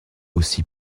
aussi